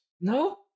no